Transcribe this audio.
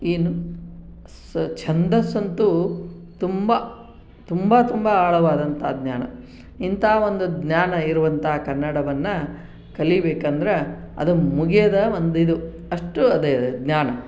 ಏನು ಸ ಛಂದಸ್ಸು ಅಂತು ತುಂಬ ತುಂಬ ತುಂಬ ಆಳವಾದಂತ ಜ್ಞಾನ ಇಂಥ ಒಂದು ಜ್ಞಾನ ಇರುವಂತಹ ಕನ್ನಡವನ್ನು ಕಲಿಬೇಕು ಅಂದ್ರೆ ಅದು ಮುಗಿಯದ ಒಂದು ಇದು ಅಷ್ಟು ಅದೇ ಜ್ಞಾನ